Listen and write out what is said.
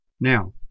Now